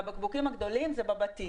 והבקבוקים הגדולים זה בבתים.